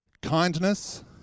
Kindness